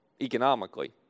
economically